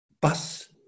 bus